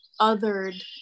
othered